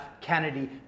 Kennedy